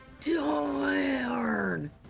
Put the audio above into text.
darn